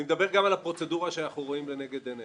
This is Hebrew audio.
אני מדבר גם על הפרוצדורה שאנחנו רואים לנגד עינינו.